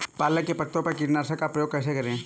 पालक के पत्तों पर कीटनाशक का प्रयोग कैसे करें?